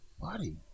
Body